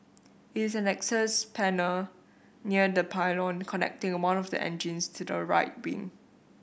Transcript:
it is an access panel near the pylon connecting one of the engines to the right wing